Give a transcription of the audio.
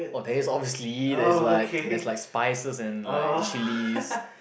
oh that's obviously that's like that's like spice like chillis